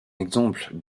exemple